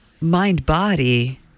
mind-body